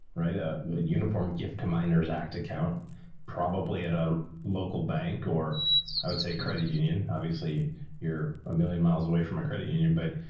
right? ah, the uniform gift to minors act account probably at a local bank, or i would say credit union. obviously you're a million miles away from a credit union, but